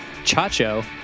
Chacho